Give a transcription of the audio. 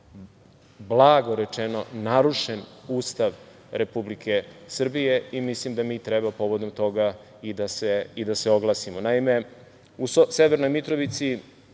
blago rečeno narušen Ustav Republike Srbije. Mislim da treba povodom toga i da se oglasimo. Naime, u Severnoj Mitrovici,